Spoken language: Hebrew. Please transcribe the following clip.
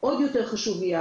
הכלי הזה הוא עוד יותר חשוב לי,